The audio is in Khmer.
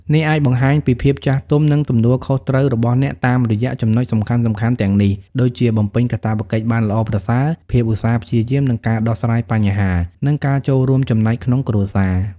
អ្នកអាចបង្ហាញពីភាពចាស់ទុំ និងទំនួលខុសត្រូវរបស់អ្នកតាមរយៈចំណុចសំខាន់ៗទាំងនេះ ដូចជា បំពេញកាតព្វកិច្ចបានល្អប្រសើរ ភាពឧស្សាហ៍ព្យាយាម និងការដោះស្រាយបញ្ហា និងការចូលរួមចំណែកក្នុងគ្រួសារ។